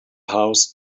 house